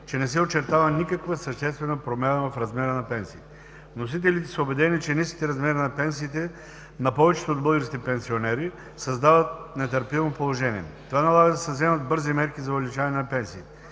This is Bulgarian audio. че не се очертава никаква съществена промяна в размерите на пенсиите. Вносителите са убедени, че ниските размери на пенсиите на повечето от българските пенсионери създават нетърпимо положение. Това налага да се вземат бързи мерки за увеличаването на пенсиите.